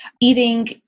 eating